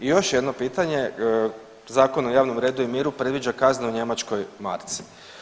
I još jedno pitanje, Zakon o javnom redu i miru predviđa kazne u njemačkoj marci.